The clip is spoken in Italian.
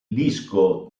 disco